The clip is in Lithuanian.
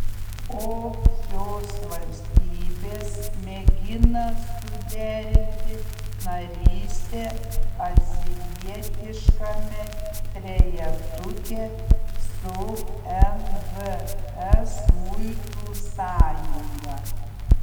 o šios valstybės mėgina suderinti narystę azijietiškame trejetuke su nvs muitų sąjunga